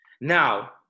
Now